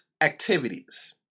activities